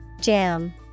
Jam